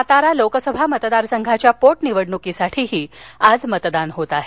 सातारा लोकसभा मतदारसंघाच्या पोटनिवडणुकीसाठीही आज मतदान होत आहे